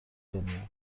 دنیا